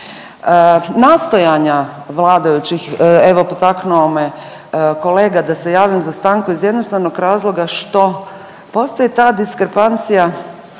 Nastojanja vladajućih, evo, potaknuo me kolega da se javim za stanku iz jednostavnog razloga što postoji ta diskrepancija